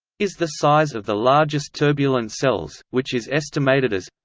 is the size of the largest turbulent cells, which is estimated as